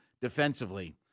defensively